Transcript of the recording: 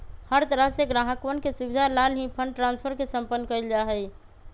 हर तरह से ग्राहकवन के सुविधा लाल ही फंड ट्रांस्फर के सम्पन्न कइल जा हई